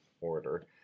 order